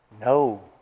No